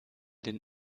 den